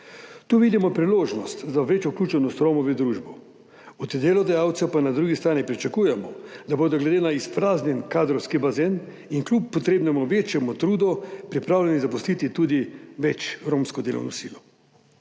Tu vidimo priložnost za večjo vključenost Romov v družbo. Od delodajalcev pa na drugi strani pričakujemo, da bodo ne glede na izpraznjen kadrovski bazen kljub potrebnemu večjemu trudu pripravljeni zaposliti tudi več romske delovne sile.